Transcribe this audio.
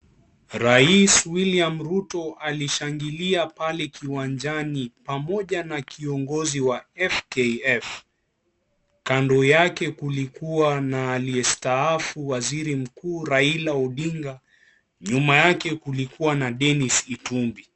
Rais william Ruto alishangilia pale kiwanjani pamoja na kiongozi wa FKF. Kando yake kulikuwa na aliyestaafu waziri mkuu Raila Odinga nyuma yake kulikuwa na Dennis Itumbi.